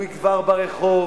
הוא יגבר ברחוב,